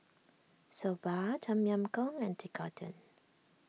Soba Tom Yam Goong and Tekkadon